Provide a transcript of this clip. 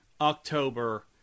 October